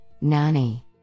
NANI